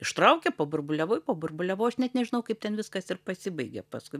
ištraukė paburbuliavai paburbuliavau aš net nežinau kaip ten viskas ir pasibaigė paskui